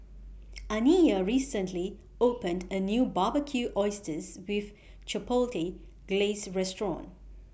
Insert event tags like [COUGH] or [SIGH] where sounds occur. [NOISE] Aniya recently opened A New Barbecued Oysters with Chipotle Glaze Restaurant